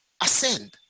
ascend